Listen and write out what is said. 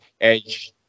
Edge